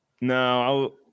No